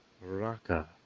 Raka